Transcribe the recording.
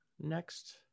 next